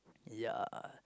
ya